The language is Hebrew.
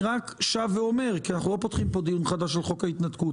אני רק שב ואומר כי אנחנו לא פותחים כאן דיון חדש על חוק ההתנתקות,